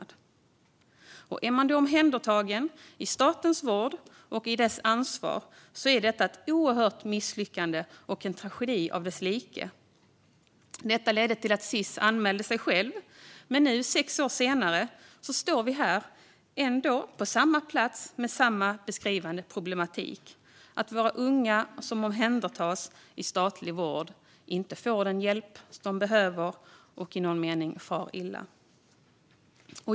Med tanke på att hon var omhändertagen i statens vård och under dess ansvar är det här ett oerhört misslyckande och en tragedi utan like. Detta ledde till att Sis anmälde sig självt. Men nu, sex år senare, står vi ändå här på samma plats med samma beskrivning av problematiken: Våra unga som omhändertas i statlig vård får inte den hjälp de behöver och far i någon mening illa.